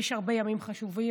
יש הרבה ימים חשובים.